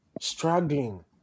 struggling